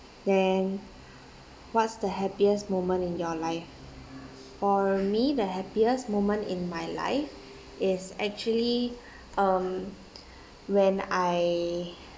then what's the happiest moment in your life for me the happiest moment in my life is actually um when I